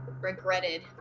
Regretted